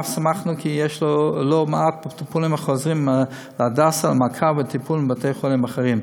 ואף שמחנו כי יש לא מעט מטופלים החוזרים להדסה מבתי-חולים אחרים,